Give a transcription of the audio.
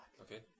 Okay